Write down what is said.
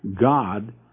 God